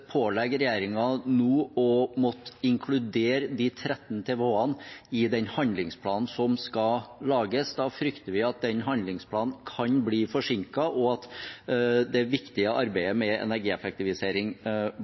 nå å måtte inkludere de 13 TWh-ene til våren i den handlingsplanen som skal lages. Da frykter vi at den handlingsplanen kan bli forsinket, og at det viktige